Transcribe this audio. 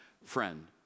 friend